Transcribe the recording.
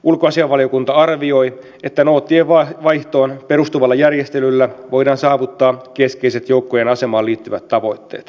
ulkoasiainvaliokunta arvioi että noottien vaihtoon perustuvalla järjestelyllä voidaan saavuttaa keskeiset joukkojen asemaan liittyvät tavoitteet